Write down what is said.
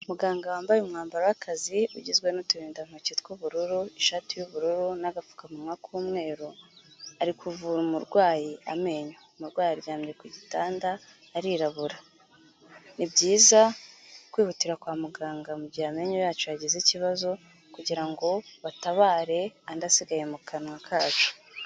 Muganga wambaye umwambaro w'akazi ugizwe n'uturindantoki tw'ubururu ishati y'ubururu n'agapfukamunwa k'umweru. Ari kuvura umurwayi amenyo. Umurwayi aryamye ku gitanda arirabura. Ni byiza kwihutira kwa muganga mu mugihe amenyo yacu yagize ikibazo kugira ngo batabare andi asigaye mu kanwa kacu.